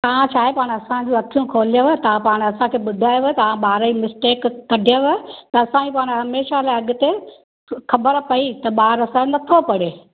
तव्हां छा आहे पाण असां जूं अख़ियूं खोलयव तव्हां पाण असांखे ॿुधायव तव्हां ॿार जी मिस्टेक कढियव त असांखे पाण हमेशा लाइ अॻिते ख़बरु पई त ॿारु असांजो नथो पढ़े